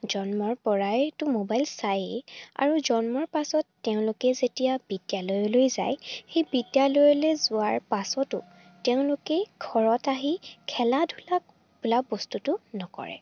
জন্মৰ পৰাইতো মোবাইল চায়েই আৰু জন্মৰ পাছত তেওঁলোকে যেতিয়া বিদ্যালয়লৈ যায় সেই বিদ্যালয়লৈ যোৱাৰ পাছতো তেওঁলোকে ঘৰত আহি খেলা ধূলা বোলা বস্তুটো নকৰে